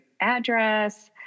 address